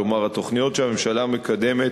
כלומר התוכניות שהממשלה מקדמת